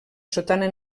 sotana